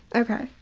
okay,